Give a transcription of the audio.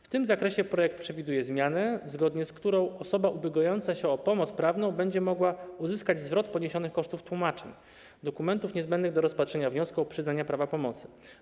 W tym zakresie projekt przewiduje zmianę, zgodnie z którą osoba ubiegająca się o pomoc prawną będzie mogła uzyskać zwrot poniesionych kosztów tłumaczeń dokumentów niezbędnych do rozpatrzenia wniosku o przyznanie prawa pomocy.